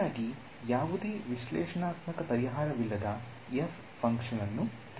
ಸರಿಯಾಗಿ ಯಾವುದೇ ವಿಶ್ಲೇಷಣಾತ್ಮಕ ಪರಿಹಾರವಿಲ್ಲದ f ಫಂಕ್ಷನ್ ಅನ್ನು ತೆಗೆದುಕೊಳ್ಳೋಣ